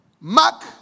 Mark